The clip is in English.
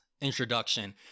introduction